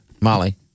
Molly